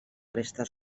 restes